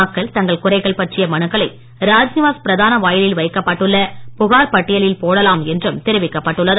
மக்கள் தங்கள் குறைகள் பற்றிய மனுக்களை ராஜ்நிவாஸ் பிரதான வாயிலில் வைக்கப்பட்டுள்ள புகார் பட்டியலில் போடலாம் என்றும் தெரிவிக்கப்பட்டுள்ளது